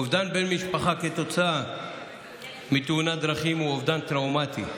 אובדן בן משפחה כתוצאה מתאונת דרכים הוא אובדן טראומטי,